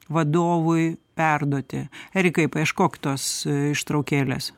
vadovui perduoti erikai paieškok tos ištraukėlės